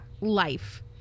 life